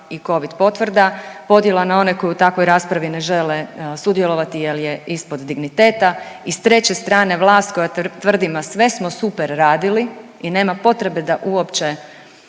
i covid potvrda, podjela na one koji u takvoj raspravi ne žele sudjelovati jer je ispod digniteta i s treće strane vlast koja tvrdi ma sve smo super radili i nema potrebe da uopće